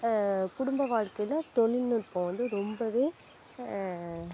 குடும்ப வாழ்க்கையில் தொழில்நுட்பம் வந்து ரொம்பவே